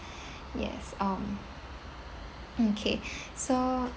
yes um okay so